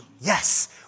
yes